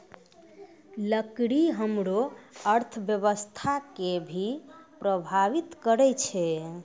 लकड़ी हमरो अर्थव्यवस्था कें भी प्रभावित करै छै